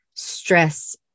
stress